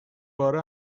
باره